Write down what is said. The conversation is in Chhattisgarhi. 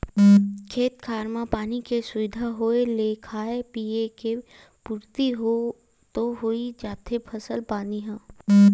खेत खार म पानी के सुबिधा होय ले खाय पींए के पुरति तो होइ जाथे फसल पानी ह